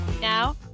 now